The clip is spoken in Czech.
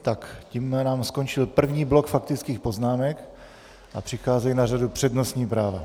Tak tím nám skončil první blok faktických poznámek a přicházejí na řadu přednostní práva.